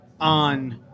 on